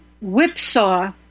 whipsaw